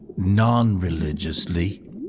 non-religiously